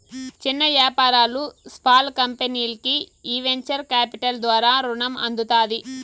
చిన్న యాపారాలు, స్పాల్ కంపెనీల్కి ఈ వెంచర్ కాపిటల్ ద్వారా రునం అందుతాది